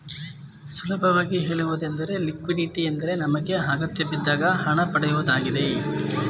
ಸುಲಭವಾಗಿ ಹೇಳುವುದೆಂದರೆ ಲಿಕ್ವಿಡಿಟಿ ಎಂದರೆ ನಮಗೆ ಅಗತ್ಯಬಿದ್ದಾಗ ಹಣ ಪಡೆಯುವುದಾಗಿದೆ